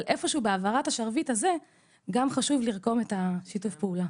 אבל איפה שהוא בהעברת השרביט חשוב לרקום גם את שיתוף הפעולה.